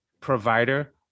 provider